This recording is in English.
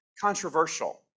controversial